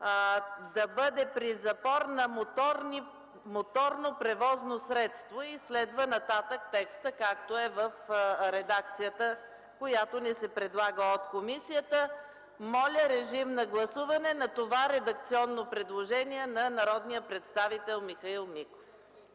да бъде „при запор на моторно превозно средство” и по-нататък следва текстът в редакцията, която ни се предлага от комисията. Моля, гласувайте това редакционно предложение на народния представител Михаил Миков.